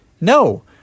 no